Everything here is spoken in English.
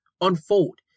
unfold